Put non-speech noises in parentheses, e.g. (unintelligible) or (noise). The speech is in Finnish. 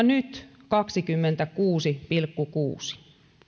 (unintelligible) nyt kaksikymmentäkuusi pilkku kuusi